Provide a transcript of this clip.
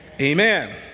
Amen